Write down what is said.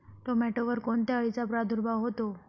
टोमॅटोवर कोणत्या अळीचा प्रादुर्भाव होतो?